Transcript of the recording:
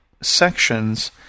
sections